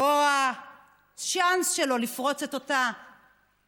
או הצ'אנס שלו לפרוץ את אותה